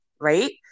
right